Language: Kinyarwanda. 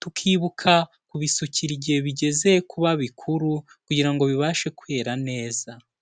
tukibuka kubisukira igihe bigeze kuba bikuru kugira bibashe kwera neza.